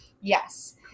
Yes